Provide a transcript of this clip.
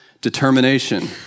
determination